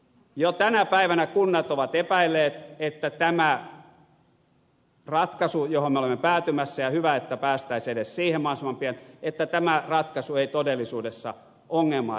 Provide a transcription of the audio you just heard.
jo tänä päivänä kunnat ovat epäilleet että tämä ratkaisu johon me olemme päätymässä ja hyvä että päästäisiin edes siihen mahdollisimman pian ei todellisuudessa ongelmaa ratkaise